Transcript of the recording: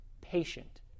patient